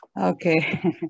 Okay